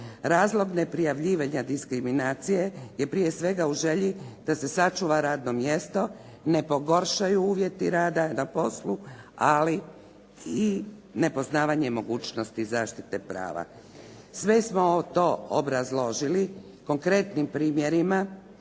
Razlog neprijavljivanja diskriminacije je prije svega u želji da se sačuva radno mjesto, ne pogoršaju uvjeti rada na poslu, ali i nepoznavanje mogućnosti zaštite prava. Sve smo to obrazložili konkretnim primjerima